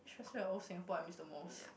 which part of old Singapore I miss the most